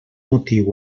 motiu